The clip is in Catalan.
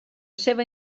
seva